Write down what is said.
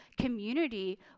community